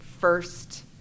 first